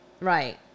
right